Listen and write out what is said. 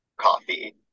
coffee